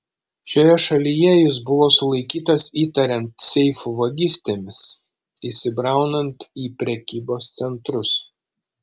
šioje šalyje jis buvo sulaikytas įtariant seifų vagystėmis įsibraunant į prekybos centrus